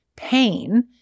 pain